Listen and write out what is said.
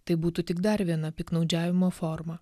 tai būtų tik dar viena piktnaudžiavimo forma